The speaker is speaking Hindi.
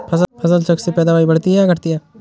फसल चक्र से पैदावारी बढ़ती है या घटती है?